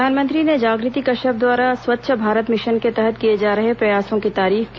प्रधानमंत्री ने जागृति कश्यप द्वारा स्वच्छ भारत मिशन के तहत किए जा रहे प्रयासों की तारीफ की